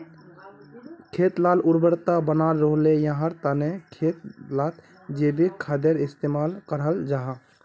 खेत लार उर्वरता बनाल रहे, याहार तने खेत लात जैविक खादेर इस्तेमाल कराल जाहा